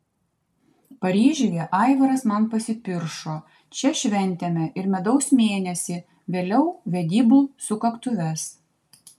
paryžiuje aivaras man pasipiršo čia šventėme ir medaus mėnesį vėliau vedybų sukaktuves